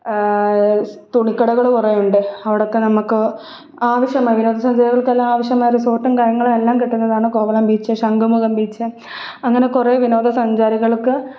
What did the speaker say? തുണിക്കടകൾ കുറേയുണ്ട് അവിടെയൊക്കെ നമുക്ക് ആവശ്യമായ വിനോദസഞ്ചാരികൾക്കെല്ലാമാവശ്യമായ റിസോർട്ടും കാര്യങ്ങളുമെല്ലാം കിട്ടുന്നതാണ് കോവളം ബീച്ച് ശംഖുമുഖം ബീച്ച് അങ്ങനെ കുറേ വിനോദ സഞ്ചാരികൾക്ക്